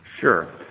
Sure